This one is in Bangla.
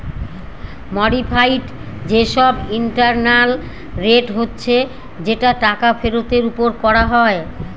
মডিফাইড যে সব ইন্টারনাল রেট হচ্ছে যেটা টাকা ফেরতের ওপর করা হয়